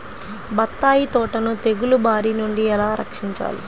బత్తాయి తోటను తెగులు బారి నుండి ఎలా రక్షించాలి?